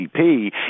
GDP